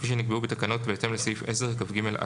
כפי שנקבעו בתקנות בהתאם לסעיף 10כג(א)(5).